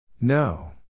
No